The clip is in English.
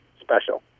special